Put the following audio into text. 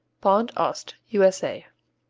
bond ost u s a.